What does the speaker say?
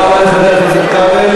תודה רבה לחבר הכנסת כבל.